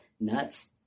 nuts